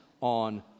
on